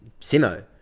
Simo